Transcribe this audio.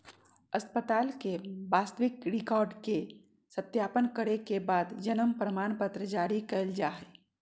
अस्पताल के वास्तविक रिकार्ड के सत्यापन करे के बाद जन्म प्रमाणपत्र जारी कइल जा हइ